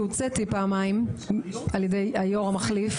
כשהוצאתי פעמיים על ידי היו"ר המחליף.